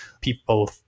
people